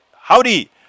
Howdy